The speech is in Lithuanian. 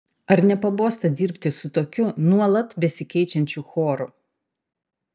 ar nepabosta dirbti su tokiu nuolat besikeičiančiu choru